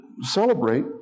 celebrate